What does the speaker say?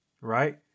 Right